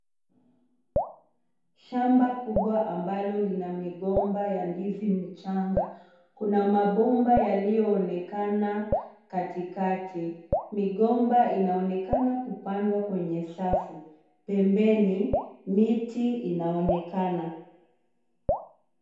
Shamba kubwa ambalo lina migomba ya ndizi michanga. Kuna mabomba yaliyoonekana katikati. Migomba inaonekana kupandwa kwenye safu. Pembeni miti inaonekana.